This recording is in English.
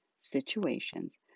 situations